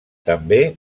també